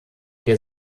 der